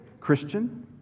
Christian